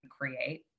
create